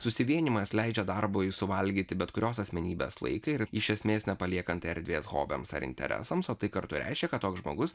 susivienijimas leidžia darbui suvalgyti bet kurios asmenybės laiką ir iš esmės nepaliekant erdvės hobiams ar interesams o tai kartu reiškia kad toks žmogus